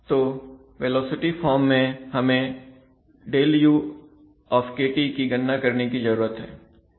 तो velocity form में हमें Δu की गणना करने की जरूरत है